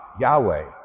Yahweh